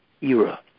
era